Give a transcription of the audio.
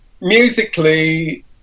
musically